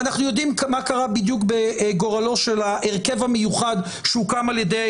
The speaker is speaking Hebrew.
ואנחנו יודעים מה קרה בדיוק בגורלו של ההרכב המיוחד שהוקם על ידי